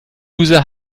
user